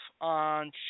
on